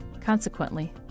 Consequently